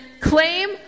claim